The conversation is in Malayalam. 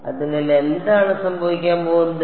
അതിനാൽ എന്താണ് സംഭവിക്കാൻ പോകുന്നത്